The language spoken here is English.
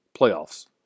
playoffs